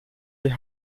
die